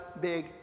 big